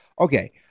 Okay